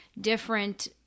different